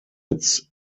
its